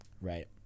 right